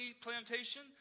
Plantation